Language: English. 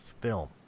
film